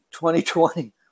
2020